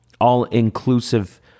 all-inclusive